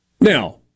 Now